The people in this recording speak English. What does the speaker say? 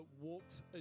walks